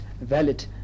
valid